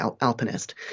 alpinist